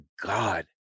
God